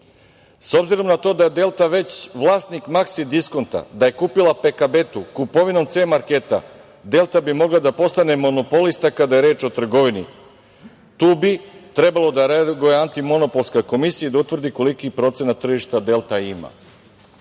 kupuje. Obzirom na to da je Delta već vlasnik Maksi diskonta, da je kupila Pekabetu, kupovinom C marketa, Delta bi mogla da postane monopolista kada je reč o trgovini. Tu bi trebalo da reaguje antimonopolska komisija i da utvrdi koliki procenat tržišta Delta ima.